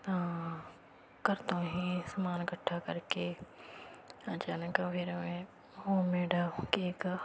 ਤਾਂ ਘਰ ਤੋਂ ਹੀ ਸਮਾਨ ਇਕੱਠਾ ਕਰਕੇ ਹੋਮਮੇਡ ਕੇਕ